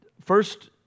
First